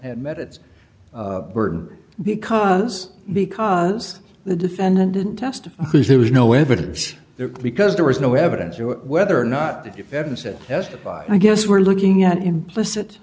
had met its burden because because the defendant didn't testify because there was no evidence there because there was no evidence to it whether or not the defendant said testified i guess we're looking at implicit